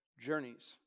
journeys